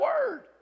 word